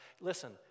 Listen